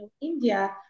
India